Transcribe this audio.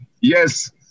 yes